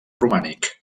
romànic